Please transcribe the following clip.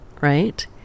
right